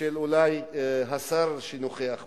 של השר שנוכח פה,